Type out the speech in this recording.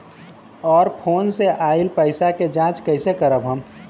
और फोन से आईल पैसा के जांच कैसे करब हम?